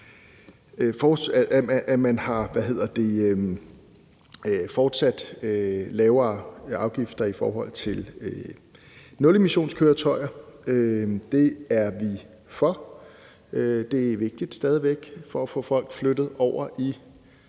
at der fortsat er lavere afgifter på nulemissionskøretøjer. Det er vi for. Det er stadig væk vigtigt for at få folk flyttet over i